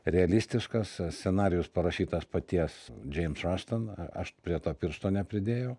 realistiškas scenarijus parašytas paties džeims rašton aš prie to piršto nepridėjau